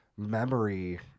memory